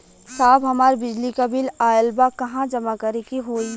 साहब हमार बिजली क बिल ऑयल बा कहाँ जमा करेके होइ?